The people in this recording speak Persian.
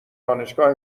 دانشگاه